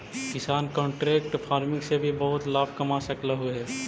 किसान contract farming से भी बहुत लाभ कमा सकलहुं हे